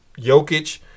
Jokic